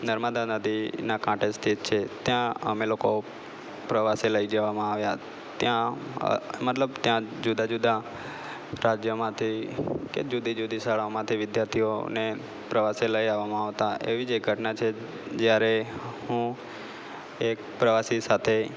નર્મદા નદીના કાંઠે સ્થિત છે ત્યાં અમે લોકો પ્રવાસે લઈ જવામાં આવ્યા ત્યાં મતલબ ત્યાં જુદા જુદા રાજ્યોમાંથી કે જુદી જુદી શાળાઓમાંથી વિદ્યાર્થીઓને પ્રવાસે લઈ આવવામાં આવતા એવી જ એક ધટના છે જ્યારે હું એક પ્રવાસી સાથે